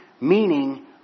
Meaning